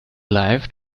life